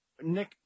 Nick